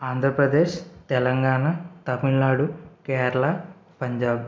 Andhra Pradesh Telangana Tamil Nadu Kerala Punjab